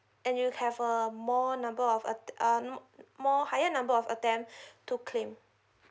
and you have a more number of atte~ uh more higher number of attempt to claim